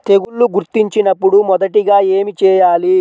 తెగుళ్లు గుర్తించినపుడు మొదటిగా ఏమి చేయాలి?